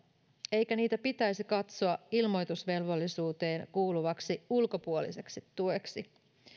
eikä niitä pitäisi katsoa ilmoitusvelvollisuuteen kuuluvaksi ulkopuoliseksi tueksi